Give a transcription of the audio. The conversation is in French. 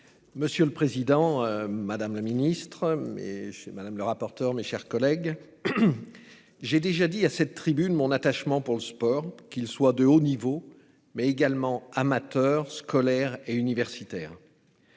Monsieur le président, madame la ministre, mes chers collègues, j'ai déjà dit à cette tribune mon attachement pour le sport, qu'il soit de haut niveau, mais également amateur, scolaire et universitaire.